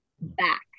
back